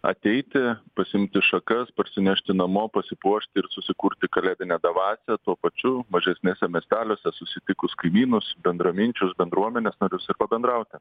ateiti pasiimti šakas parsinešti namo pasipuošti ir susikurti kalėdinę dvasią tuo pačiu mažesniuose miesteliuose susitikus kaimynus bendraminčius bendruomenės narius ir pabendrauti